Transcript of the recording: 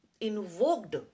invoked